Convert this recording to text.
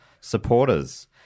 supporters